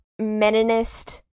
meninist